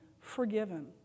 forgiven